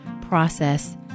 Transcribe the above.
process